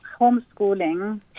homeschooling